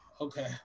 okay